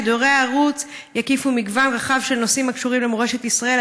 שידורי הערוץ יקיפו מגוון רחב של נושאים הקשורים למורשת ישראל,